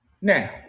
now